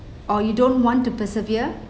or you don't want to persevere